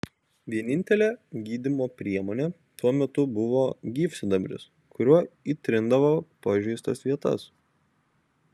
vienintelė gydymo priemonė tuo metu buvo gyvsidabris kuriuo įtrindavo pažeistas vietas